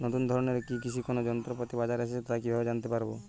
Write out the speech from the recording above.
নতুন ধরনের কি কি কৃষি যন্ত্রপাতি বাজারে এসেছে তা কিভাবে জানতেপারব?